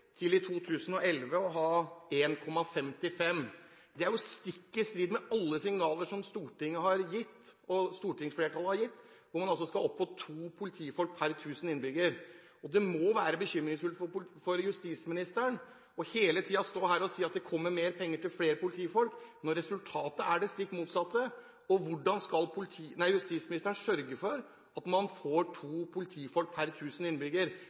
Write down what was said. til i 2011 å ha 1,55. Det er jo stikk i strid med alle signaler som stortingsflertallet har gitt, hvor man altså skal opp på to politifolk per 1 000 innbyggere. Det må være bekymringsfullt for justisministeren hele tiden å stå her og si at det kommer mer penger til flere politifolk, når resultatet er det stikk motsatte. Hvordan skal justisministeren sørge for at man får to politifolk per